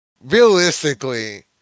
Realistically